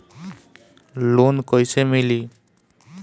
Loan कइसे मिली?